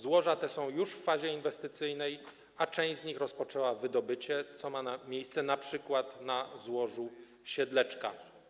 Złoża te są już w fazie inwestycyjnej, a część z nich rozpoczęła wydobycie, co ma miejsce np. na złożu Siedleczka.